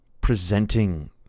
presenting